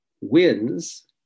wins